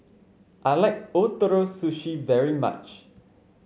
I like Ootoro Sushi very much